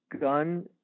gun